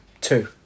two